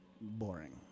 boring